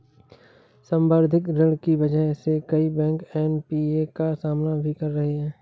संवर्धित ऋण की वजह से कई बैंक एन.पी.ए का सामना भी कर रहे हैं